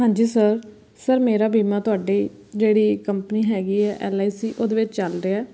ਹਾਂਜੀ sir sir ਮੇਰਾ ਬੀਮਾ ਤੁਹਾਡੇ ਜਿਹੜੀ ਕੰਪਨੀ ਹੈਗੀ ਹੈ ਐਲ ਆਈ ਸੀ ਉਹਦੇ ਵਿੱਚ ਚੱਲ ਰਿਹਾ